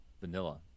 Vanilla